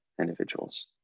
individuals